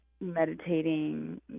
meditating